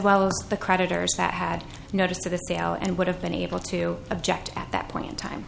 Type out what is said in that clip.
well as the creditors that had notice to the sale and would have been able to object at that point in time